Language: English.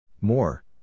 More